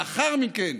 לאחר מכן,